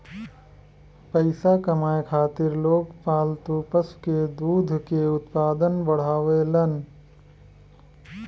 पइसा कमाए खातिर लोग पालतू पशु के दूध के उत्पादन बढ़ावेलन